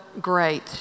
great